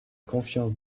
confiance